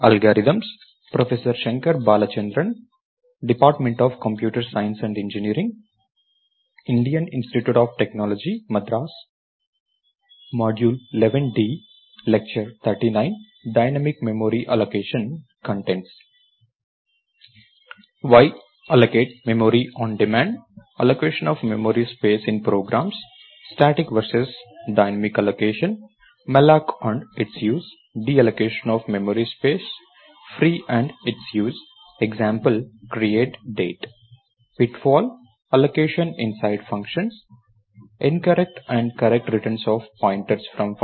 అందరికీ నమస్కారం ఈ ఉపన్యాసానికి పునః స్వాగతం